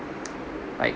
like